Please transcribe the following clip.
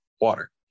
water